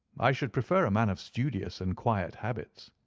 i should prefer a man of studious and quiet habits.